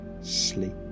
sleep